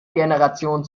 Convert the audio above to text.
generationen